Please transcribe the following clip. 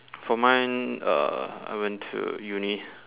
for mine uh I went to uni